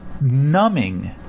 numbing